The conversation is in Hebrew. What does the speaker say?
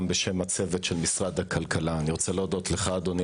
בשם הצוות של משרד הכלכלה אני רוצה להודות לך אדוני